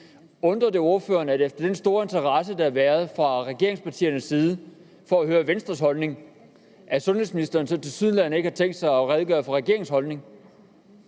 Undrer det ordføreren, efter den store interesse, der har været fra regeringspartiernes side for at høre Venstres holdning, at sundhedsministeren tilsyneladende ikke har tænkt sig at redegøre for regeringens holdning?